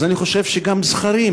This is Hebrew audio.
אז אני חושב שגם זכרים,